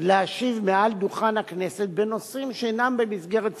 להשיב מעל דוכן הכנסת בנושאים שאינם במסגרת סמכותו.